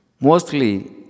Mostly